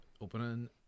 opening